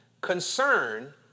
Concern